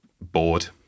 bored